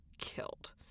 killed